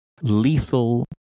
lethal